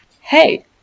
hey